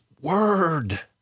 word